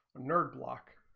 nerd lock,